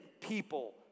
people